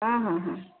ହଁ ହଁ ହଁ